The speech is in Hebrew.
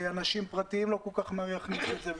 אנשים פרטיים לא כל כך מהר יכניסו את זה,